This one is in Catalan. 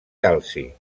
calci